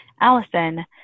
Allison